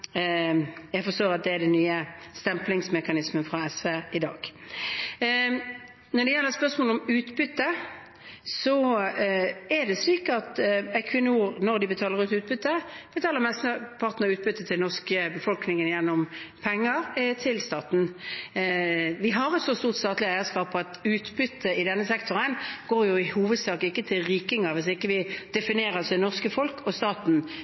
Jeg forstår at det er den nye stemplingsmekanismen fra SV i dag. Når det gjelder spørsmålet om utbytte, er det slik at Equinor – når de betaler ut utbytte – betaler mesteparten av utbyttet til den norske befolkningen gjennom penger til staten. Vi har et så stort statlig eierskap at utbyttet i denne sektoren i hovedsak ikke går til rikinger, hvis vi ikke definerer det norske folk og staten